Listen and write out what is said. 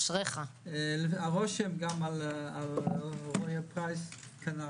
הרושם על פרייס כנ"ל.